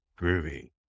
groovy